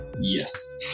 Yes